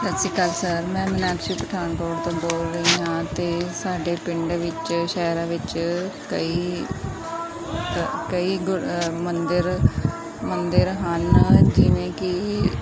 ਸਤਿ ਸ਼੍ਰੀ ਅਕਾਲ ਸਰ ਮੈਂ ਮੀਨਾਕਸ਼ੀ ਪਠਾਨਕੋਟ ਤੋਂ ਬੋਲ ਰਹੀ ਹਾਂ ਅਤੇ ਸਾਡੇ ਪਿੰਡ ਵਿੱਚ ਸ਼ਹਿਰਾਂ ਵਿੱਚ ਕਈ ਕਈ ਗੁਰ ਮੰਦਰ ਮੰਦਰ ਹਨ ਜਿਵੇਂ ਕਿ